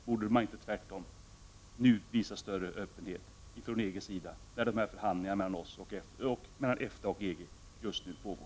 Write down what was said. Borde man inte tvärtom visa större öppenhet från EG:s sida när förhandlingarna mellan EFTA och EG pågår?